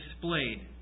displayed